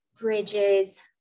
bridges